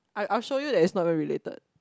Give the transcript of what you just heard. I'll I'll show you that it's not even related